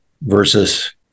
versus